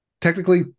Technically